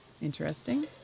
Interesting